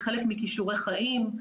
כחלק מכישורי חיים.